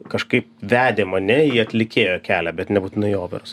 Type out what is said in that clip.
kažkaip vedė mane į atlikėjo kelią bet nebūtinai į operos